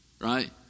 right